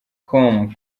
com